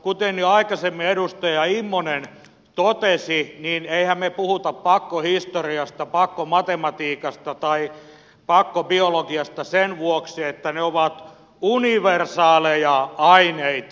kuten jo aikaisemmin edustaja immonen totesi emmehän me puhu pakkohistoriasta pak komatematiikasta tai pakkobiologiasta sen vuoksi että ne ovat universaaleja aineita